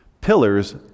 pillars